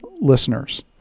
listeners